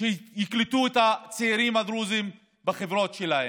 יקלטו את הצעירים הדרוזים בחברות שלהן.